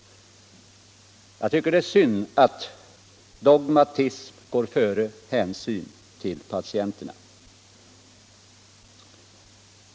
Jag tycker att det är synd att dogmatism går före hänsyn till patienterna.